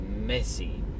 messy